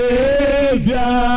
Savior